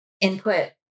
input